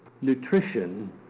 nutrition